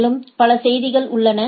மேலும் பல செய்திகள் உள்ளன